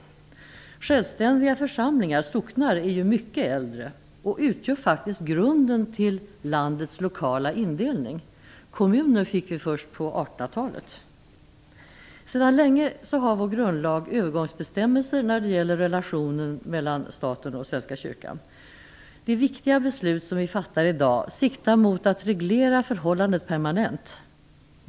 Självständiga församlingar, socknar, är ju mycket äldre och utgör faktiskt grunden till landets lokala indelning. Kommuner fick vi först på Sedan länge har vår grundlag övergångsbestämmelser när det gäller relationen mellan staten och Svenska kyrkan. Det viktiga beslut som vi fattar i dag siktar mot att reglera förhållandet permanent.